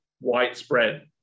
widespread